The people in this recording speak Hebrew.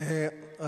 אדוני היושב-ראש,